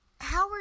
Howard